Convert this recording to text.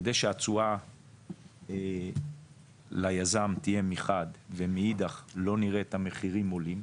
כדי שהתשואה ליזם תהיה מחד ומאידך לא נראה את המחירים עולים,